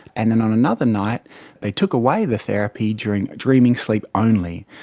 and then on another night they took away the therapy during dreaming sleep only.